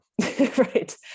Right